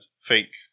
fake